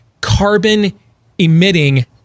carbon-emitting